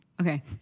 Okay